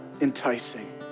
enticing